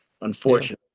unfortunately